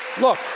Look